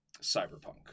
cyberpunk